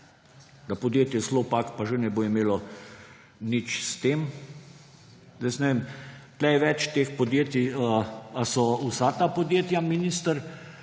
da podjetje Slopak pa že ne bo imelo nič s tem. Ne vem, tu je več teh podjetij, ali so vsa ta podjetja, minister,